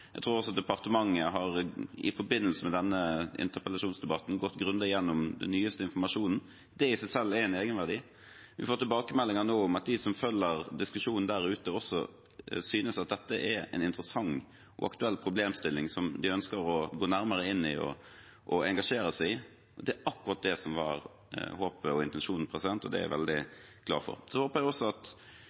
jeg tror også departementet i forbindelse med denne interpellasjonsdebatten har gått grundig gjennom den nyeste informasjonen. Det i seg selv har en egenverdi. Vi får tilbakemeldinger nå om at de som følger diskusjonen der ute, også synes at dette er en interessant og aktuell problemstilling som de ønsker å gå nærmere inn i og engasjere seg i. Det er akkurat det som var håpet og intensjonen, og det er jeg veldig glad for. Jeg håper også at